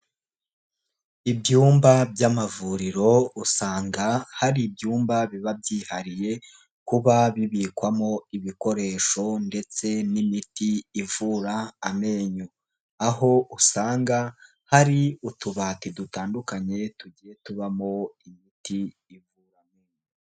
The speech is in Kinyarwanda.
Ibyumba by'amavuriro usanga hari ibyumba biba byihariye kuba bibikwamo ibikoresho ndetse n'imiti ivura amenyo. Aho usanga hari utubati dutandukanye tugiye tubamo imiti ivura amenyo.